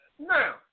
Now